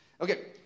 Okay